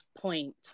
point